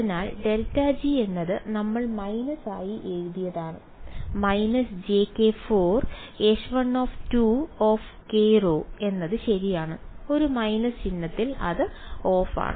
അതിനാൽ ∇g എന്നത് നമ്മൾ മൈനസ് ആയി എഴുതിയതാണ് jk4H1kρ എന്നത് ശരിയാണ് ഒരു മൈനസ് ചിഹ്നത്താൽ അത് ഓഫാണ്